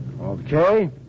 Okay